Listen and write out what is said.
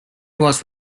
was